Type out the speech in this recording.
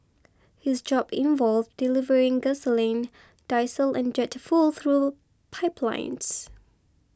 his job involved delivering gasoline diesel and jet fuel through pipelines